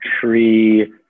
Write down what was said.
tree